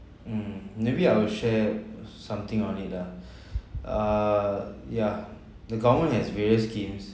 mm maybe I'll share something on it lah err yeah the government has various schemes